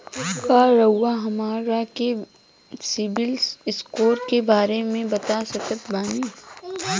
का रउआ हमरा के सिबिल स्कोर के बारे में बता सकत बानी?